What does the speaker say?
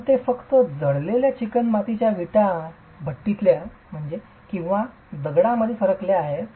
पण ते फक्त जळलेल्या चिकणमातीच्या वीट किंवा दगडामध्ये सरकले आहे